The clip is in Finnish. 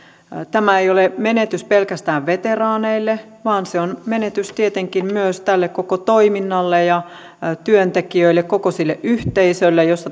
tämä ei ole menetys pelkästään veteraaneille vaan se on menetys tietenkin myös tälle koko toiminnalle ja työntekijöille koko sille yhteisölle jossa